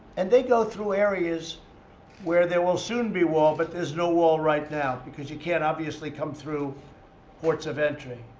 and they go through areas where there will soon be wall, but there's no wall right now. because you can't, obviously, come through ports of entry.